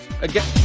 Again